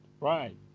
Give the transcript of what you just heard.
Right